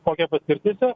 kokia paskirtis jo